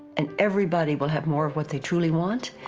and everybody will have more of what they truly want,